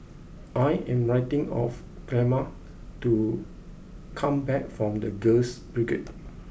I am waiting of Clemma to come back from The Girls Brigade